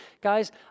Guys